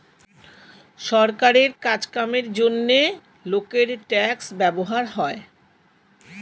সরকারের কাজ কামের জন্যে লোকের ট্যাক্স ব্যবহার হয়